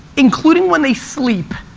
including when they sleep,